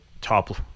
top